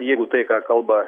jeigu tai ką kalba